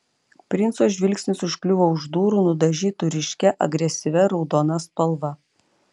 princo žvilgsnis užkliuvo už durų nudažytų ryškia agresyvia raudona spalva